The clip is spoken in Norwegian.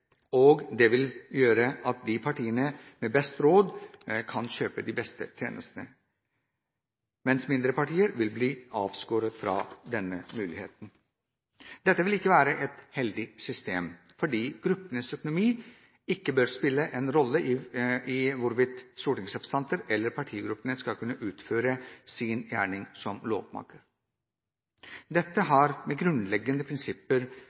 og det vil gjøre at de partiene med best råd, kan kjøpe de beste tjenestene, mens mindre partier vil bli avskåret fra denne muligheten. Dette vil ikke være et heldig system, fordi gruppenes økonomi ikke bør spille en rolle for hvorvidt stortingsrepresentanter eller partigruppene skal kunne utføre sin gjerning som lovmaker. Dette har etter min mening med grunnleggende prinsipper